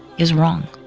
is wrong.